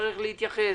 תצטרך להתייחס